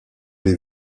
les